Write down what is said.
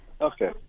okay